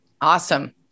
Awesome